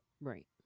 Right